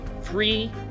three